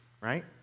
right